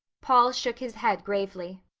paul shook his head gravely.